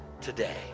today